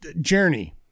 journey